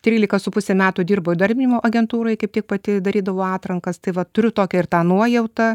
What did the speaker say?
trylika su puse metų dirbau įdarbinimo agentūrai kaip tik pati darydavau atrankas tai va turiu tokią ir tą nuojautą